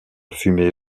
fumée